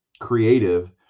creative